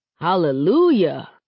Hallelujah